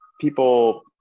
people